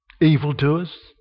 evildoers